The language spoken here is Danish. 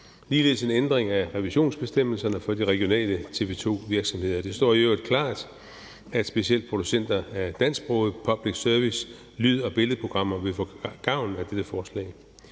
ligeledes en ændring af revisionsbestemmelserne for de regionale TV 2-virksomheder. Det står i øvrigt klart, at specielt producenter af dansksprogede lyd- og billedprogrammer til public service vil få gavn af dette forslag.